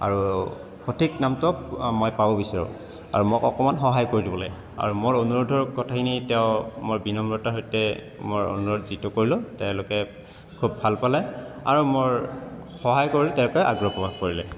আৰু সঠিক নামটোক মই পাব বিচাৰোঁ আৰু মোক অকণমান সহায় কৰি দিব লাগে আৰু মোৰ অনুৰোধৰ কথাখিনি তেওঁ মোৰ বিনম্ৰতাৰ সৈতে মই অনুৰোধ যিটো কৰিলোঁ তেওঁলোকে খুব ভাল পালে আৰু মোৰ সহায় কৰি তেওঁলোকে আগ্ৰহ প্ৰকাশ কৰিলে